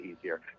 easier